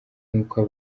abantu